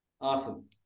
Awesome